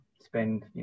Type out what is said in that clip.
spend